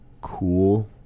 cool